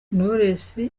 knowless